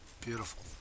beautiful